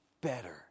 better